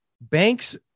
Banks